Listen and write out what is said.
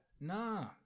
Nah